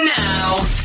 now